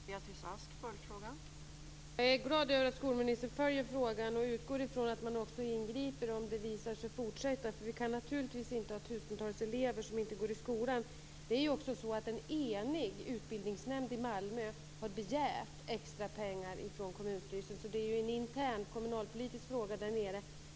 Fru talman! Jag är glad över att skolministern följer frågan och utgår från att hon också ingriper om strejken visar sig fortsätta, för vi kan naturligtvis inte ha tusentals elever som inte går i skolan. En enig utbildningsnämnd i Malmö har begärt extra pengar från kommunstyrelsen, så det är ju en intern kommunalpolitisk fråga.